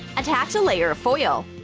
attach a layer of foil.